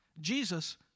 Jesus